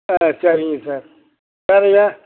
ஆ சரிங்க சார் சரிங்க